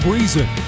Reason